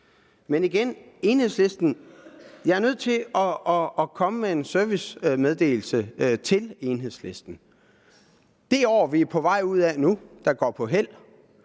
Men igen vil jeg sige, at jeg er nødt til at komme med en servicemeddelelse til Enhedslisten. Det år, vi er på vej ud af nu, og som går på hæld,